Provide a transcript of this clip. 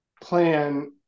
plan